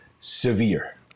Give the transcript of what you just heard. severe